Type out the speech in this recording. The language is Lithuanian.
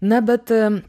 na bet